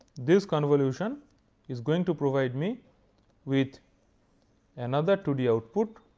this convolution is going to provide me with another two d output.